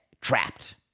trapped